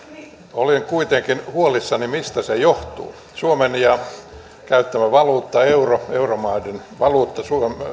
olen kuitenkin huolissani mistä se johtuu suomen käyttämä valuutta euro euromaiden valuutta